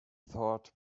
thought